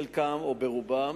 חלקם או רובם,